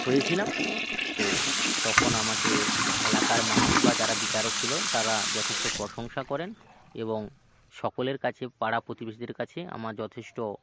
হয়েছিলাম তো তখন আমাকে এলাকার মানুষ বা যারা বিচারক ছিলো তারা যথেষ্ট প্রশংসা করেন এবং সকলের কাছে পাড়া প্রতিবেশীদের কাছে আমার যথেষ্ট